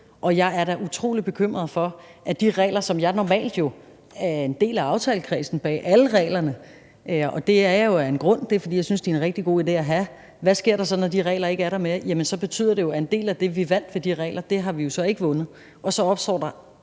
jeg er da utrolig bekymret for de regler, som jeg jo normalt er en del af aftalekredsen bag, alle reglerne. Det er jeg af en grund, og det er, fordi jeg synes, de er en rigtig god idé at have, og hvad sker der så, når de regler ikke er der mere? Jamen så betyder det jo, at en del af det, vi vandt ved de regler, har vi så ikke vundet. Og så opstår der